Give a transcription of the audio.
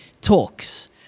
talks